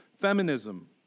feminism